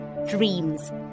Dreams